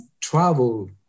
travel